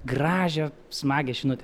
gražią smagią žinutę